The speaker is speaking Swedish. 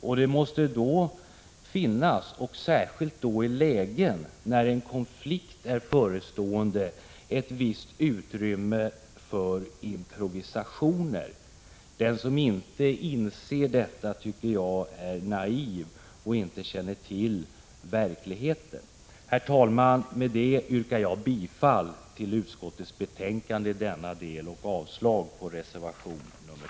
Det måste därför finnas — särskilt i lägen när en konflikt är förestående — ett visst utrymme för improvisationer. Den som inte inser detta är naiv och känner inte till verkligheten. Herr talman! Med detta yrkar jag bifall till utskottets hemställan i denna del och avslag på reservation nr 2.